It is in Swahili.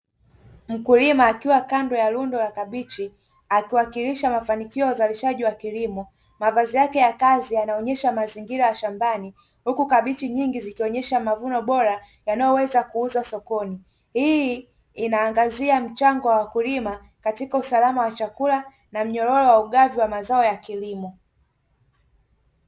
Mkulima akiwa kando ya rundu la kabichi akiwakilisha mafanikio ya uzalishaji wa kilimo. Mavazi yake ya kazi yanaonyesha mazingira ya shambani, huku kabichi nyingi zikionyesha mavuno bora yanayoweza kuuzwa sokoni hii inaangazia mchango wa wakulima katika usalama wa chakula na mnyororo wa ugavi wa mazao ya kilimo.